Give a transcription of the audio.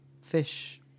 fish